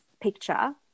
picture